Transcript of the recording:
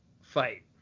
fight